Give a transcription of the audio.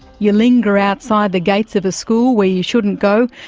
you linger outside the gates of a school, where you shouldn't go,